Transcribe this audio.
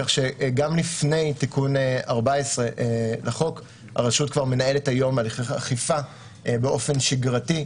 כך שגם לפני תיקון 14 לחוק הרשות כבר מנהלת היום אכיפה באופן שגרתי,